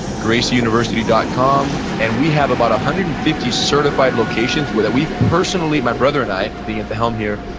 gracie university dot com, and we have about hundred and fifty certified locations where that we've personally, my brother and i being at the helm here,